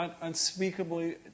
unspeakably